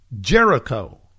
Jericho